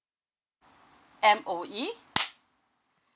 M_O_E